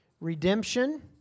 redemption